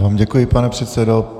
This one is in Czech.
Já vám děkuji, pane předsedo.